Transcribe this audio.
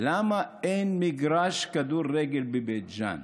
למה אין מגרש כדורגל בבית ג'ן?